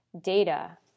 data